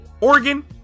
Oregon